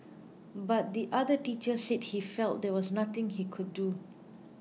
but the other teacher said he felt there was nothing he could do